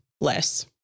less